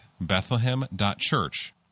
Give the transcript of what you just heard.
Bethlehem.Church